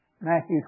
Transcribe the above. Matthew